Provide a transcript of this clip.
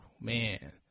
Man